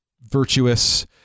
virtuous